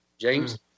James